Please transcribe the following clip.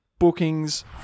Bookings